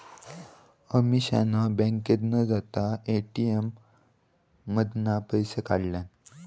अमीषान बँकेत न जाता ए.टी.एम मधना पैशे काढल्यान